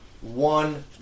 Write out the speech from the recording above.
one